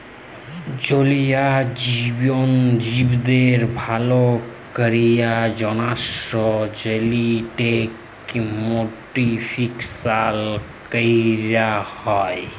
জলীয় জীবদের ভাল ক্যরার জ্যনহে জেলেটিক মডিফিকেশাল ক্যরা হয়